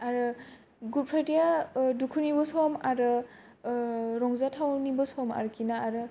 आरो good Friday या दुखुनिबो सम आरो रंजाथावनिबो सम आरोखिना